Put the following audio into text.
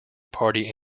party